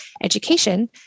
education